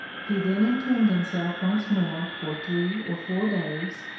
he then entombed himself once more for three or four days,